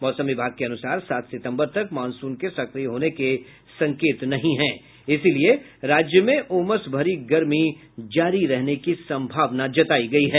मौसम विभाग के अनुसार सात सितम्बर तक मॉनसून के सक्रिय होने के संकेत नहीं है इसीलिए राज्य में उमस भरी गर्मी जारी रहने की सम्भावना है